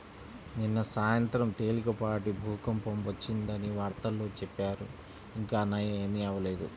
నిన్న సాయంత్రం తేలికపాటి భూకంపం వచ్చిందని వార్తల్లో చెప్పారు, ఇంకా నయ్యం ఏమీ అవ్వలేదు